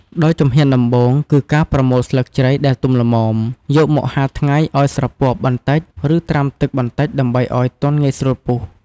ដោយជំហានដំបូងគឺការប្រមូលស្លឹកជ្រៃដែលទុំល្មម យកមកហាលថ្ងៃឲ្យស្រពាប់បន្តិច ឬត្រាំទឹកបន្តិចដើម្បីឲ្យទន់ងាយស្រួលពុះ។